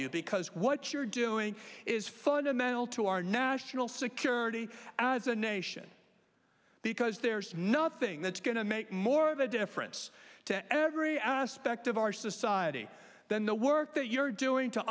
you because what you're doing is fundamental to our national security as a nation because there's nothing that's going to make more of a difference to every aspect of our society than the work that you're doing to